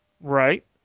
Right